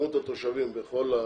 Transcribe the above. כמות התושבים בכל הרשויות.